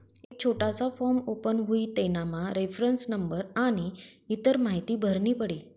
एक छोटासा form open हुई तेनामा रेफरन्स नंबर आनी इतर माहीती भरनी पडी